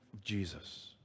Jesus